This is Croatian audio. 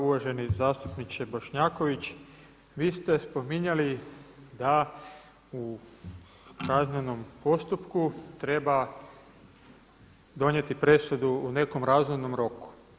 Uvaženi zastupniče Bošnjaković, vi ste spominjali da u kaznenom postupku treba donijeti presudu u nekom razumnom roku.